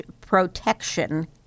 Protection